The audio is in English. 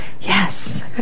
Yes